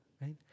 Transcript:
right